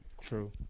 True